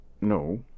no